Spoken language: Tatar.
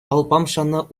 алпамшаны